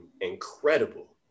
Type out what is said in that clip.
incredible